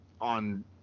on